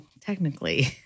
technically